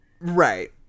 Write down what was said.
Right